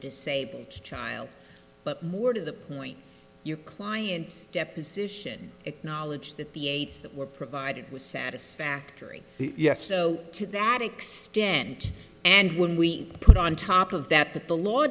disabled child but more to the point you clients deposition acknowledge that the eight that were provided was satisfactory yes so to that extent and when we put on top of that that the law